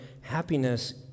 happiness